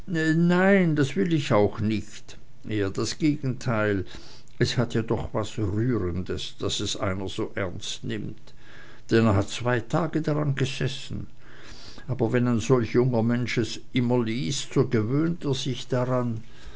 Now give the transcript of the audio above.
nein das will ich auch nicht eher das gegenteil es hat ja doch was rührendes daß es einer so ernst nimmt denn er hat zwei tage dran gesessen aber wenn solch junger mensch es so immer liest so gewöhnt er sich dran